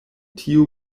tiu